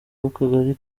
w’akagari